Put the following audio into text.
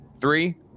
Three